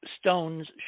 Stones